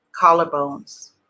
Collarbones